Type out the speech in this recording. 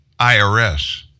IRS